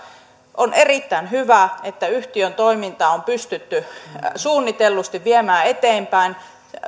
on erittäin hyvä että yhtiön toimintaa on pystytty suunnitellusti viemään eteenpäin